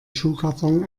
schuhkarton